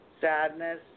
Sadness